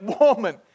woman